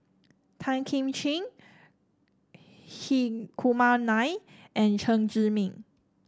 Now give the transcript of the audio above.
Tan Kim Ching Hri Kumar Nair and Chen Zhiming